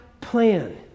plan